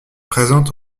présentent